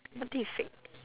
what did you say